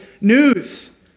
news